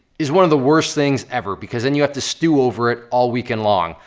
is one of the worst things ever, because then you have to stew over it all weekend long.